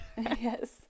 yes